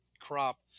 crop